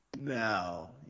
No